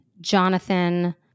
Jonathan